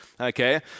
okay